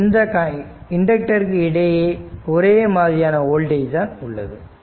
மற்றும் இந்த இண்டக்டருக்கு இடையே ஒரே மாதிரியான வோல்டேஜ் தான் உள்ளது